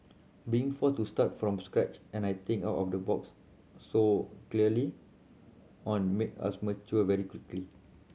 being forced to start from scratch and I think out of the box so early on made us mature very quickly